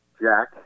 Jack